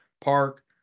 park